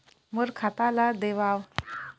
मोर खाता ला देवाव?